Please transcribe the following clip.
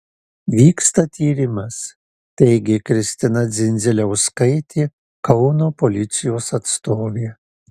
vyksta tyrimas teigė kristina dzindziliauskaitė kauno policijos atstovė